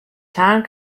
town